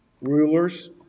rulers